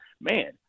man